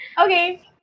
Okay